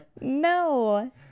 No